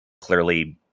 Clearly